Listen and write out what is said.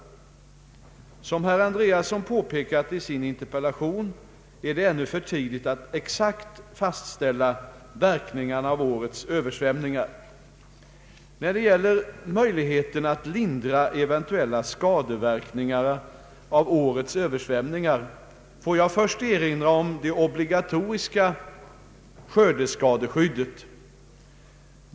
Som herr Andreasson påpekat i sin interpellation är det ännu för tidigt att exakt fastställa verkningarna av årets översvämningar. När det gäller möjligheten att lindra eventuella skadeverkningar av årets översvämningar får jag först erinra om det obligatoriska skördeskadeskyd det.